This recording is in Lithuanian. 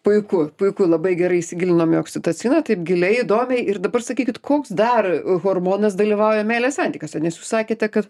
puiku puiku labai gerai įsigilinom į oksitociną taip giliai įdomiai ir dabar sakykit koks dar hormonas dalyvauja meilės santykiuose nes jūs sakėte kad